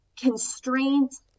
constraints